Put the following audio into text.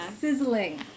Sizzling